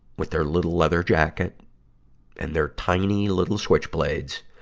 with their little leather jacket and their tiny little switchblades,